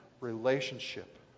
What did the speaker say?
relationship